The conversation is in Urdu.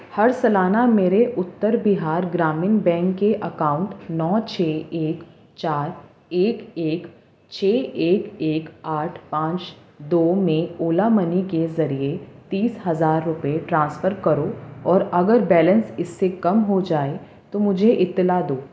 ہر سالانہ میرے اتر بہار گرامین بینک کے اکاؤنٹ نو چھ ایک چار ایک ایک چھ ایک ایک آٹھ پانچ دو میں اولا منی کے ذریعے تیس ہزار روپئے ٹرانسفر کرو اور اگر بیلنس اس سے کم ہو جائے تو مجھے اطلاع دو